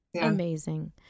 Amazing